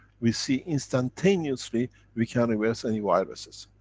we see instantaneously we can reverse any viruses.